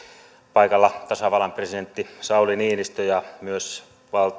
paikalla tasavallan presidentti sauli niinistö ja myös